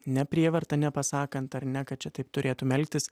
ne prievarta nepasakant ar ne kad čia taip turėtum elgtis